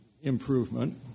improvement